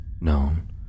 known